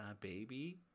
Baby